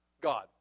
God